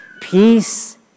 peace